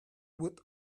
would